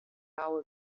hour